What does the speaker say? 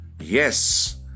Yes